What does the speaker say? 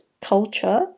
culture